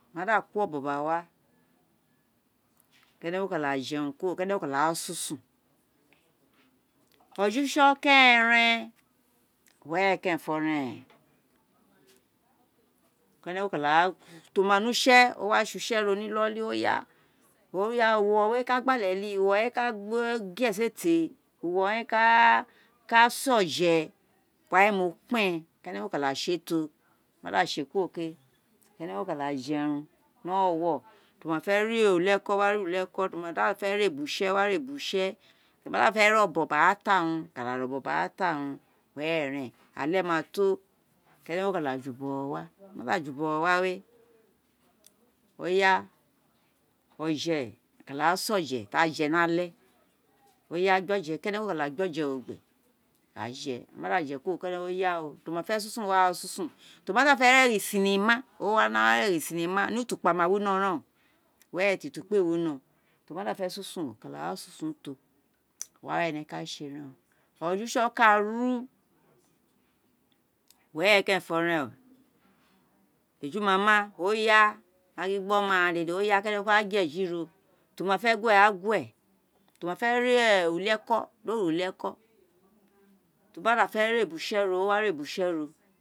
Mo ma da kuri obon gba wa kenekunka jerun kuro, kene kun kara sunsun ojo use̱ okeeren were kerenfo rem ti o ma ne use̱ wa sé ro ni inoli uloo owun ré ka gba ale wi uwo owun ré ka gue esete, uwo̱ owun réka sé ojé, wa wé mo kpen kenekun ka da jerun ni owowo ti wo ma fe̱ ré uli e̱ko̱ wa re uli eko ti o ma fe̱ ré ubuse̱, ware ubuse̱, ti o ma da fe̱ ré o̱bo̱n gba ra ta urun, ka da ré o̱bo̱n gba na ta unin were, eile̱ ma to ira e̱re̱n woka da ju bogho̱ wa ji jubo̱gho̱ wa wé ukun oritse̱ ka da ré gba se oje ti a fe̱ je̱ ni ale kenekun ka da gbé o̱je̱ ro gba je, wo ma da jerun kuro, kenekun ti o ma fe̱ sun wa ré gba ra sun, ti o mada fe̱ gho e̱gho cinema, o wa no̱ gho e̱gho cinema utukpa ma wino rem, were̱ ti utukpa éè winoron, ti o ma da̱ fe̱ ra sunsun o wa sunsun toro wa wé ame ka sé o̱jo̱ use̱ kaaru were kerenfo re̱n, ejuma a wa gin gbe o̱ma ghan dede kenekun ra gue̱ ro, ti o ma fe̱ gue̱ ra gue̱, ti oma fe̱ ré uli-e̱ko̱ di o ré uli-eko̱ ba ara fe̱ re ubuse̱ o wa ré ubuse̱ ro.